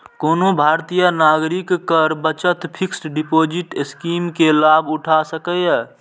कोनो भारतीय नागरिक कर बचत फिक्स्ड डिपोजिट स्कीम के लाभ उठा सकैए